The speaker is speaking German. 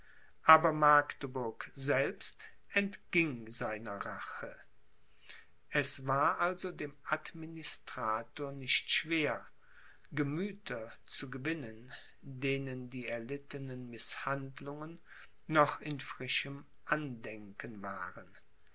aber magdeburg selbst entging seiner rache es war also dem administrator nicht schwer gemüther zu gewinnen denen die erlittenen mißhandlungen noch in frischem andenken waren